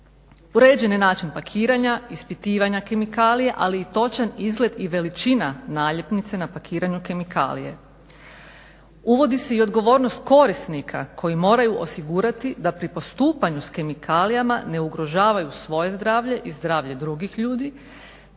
Uređen je način pakiranja, ispitivanja kemikalija, ali i točan izgled i veličina naljepnice na pakiranju kemikalije. Uvodi se i odgovornost korisnika koji moraju osigurati da pri postupanju sa kemikalijama ne ugrožavaju svoje zdravlje i zdravlje drugih ljudi,